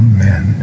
Amen